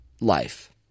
life